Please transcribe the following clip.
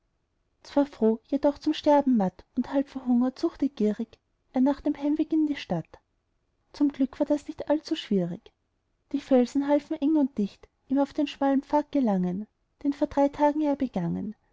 zwar froh jedoch zum sterben matt und halb verhungert suchte gierig er nach dem heimweg in die stadt zum glück war das nicht allzu schwierig die felsen halfen eng und dicht ihm auf den schmalen pfad gelangen den vor drei tagen er begangen